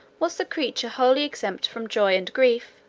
was the creature wholly exempt from joy and grief,